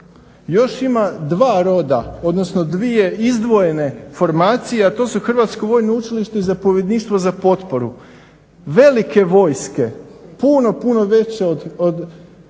još ima dva roda odnosno dvije izdvojene formacije, a to su Hrvatsko vojno učilište i Zapovjedništvo za potporu. Velike vojske, puno puno veće od